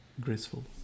graceful